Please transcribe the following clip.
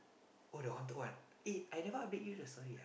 oh the haunted one eh I never update you the story ah